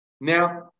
Now